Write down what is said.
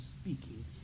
speaking